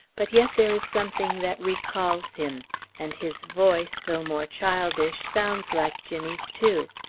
but yet there is something that recalls him and his voice, though more childish, sounds like jimmy's, too.